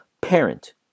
parent